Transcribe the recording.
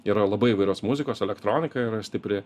yra labai įvairios muzikos elektronika yra stipri